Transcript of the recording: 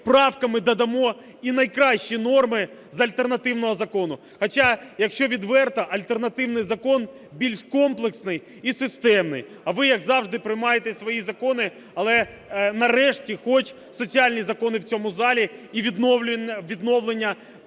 правками додамо і найкращі норми з альтернативного закону. Хоча, якщо відверто, альтернативний закон більш комплексний і системний, а ви як завжди, приймаєте свої закони, але нарешті хоч соціальні закони в цьому залі і відновлення